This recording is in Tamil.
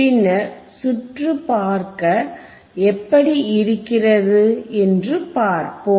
பின்னர் சுற்று பார்க்க எப்படி இருக்கிறது என்று பார்ப்போம்